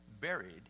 buried